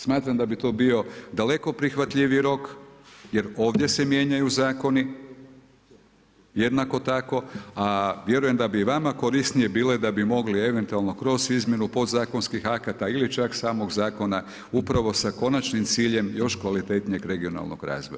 Smatram da bi to bio daleko prihvatljiviji rok jer ovdje se mijenjaju zakoni jednako tako, a vjerujem da bi i vama korisnije bile da bi mogli eventualno kroz izmjenu podzakonskih akata ili čak samog zakona upravo sa konačnim ciljem još kvalitetnijeg regionalnog razvoja.